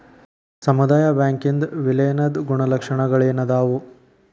ಸಮುದಾಯ ಬ್ಯಾಂಕಿಂದ್ ವಿಲೇನದ್ ಗುಣಲಕ್ಷಣಗಳೇನದಾವು?